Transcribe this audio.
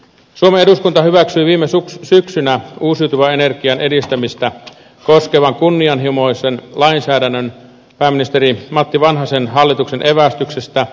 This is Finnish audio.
suomen eduskunta hyväksyi viime syksynä uusiutuvan energian edistämistä koskevan kunnianhimoisen lainsäädännön pääministeri matti vanhasen hallituksen esityksestä